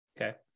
okay